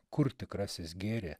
kur tikrasis gėrė